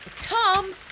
Tom